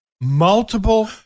Multiple